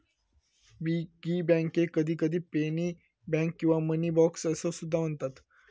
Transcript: piggy बँकेक कधीकधी penny bank किंवा मनी बॉक्स असो सुद्धा म्हणतत